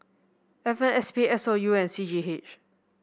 F M S P S O U and C G H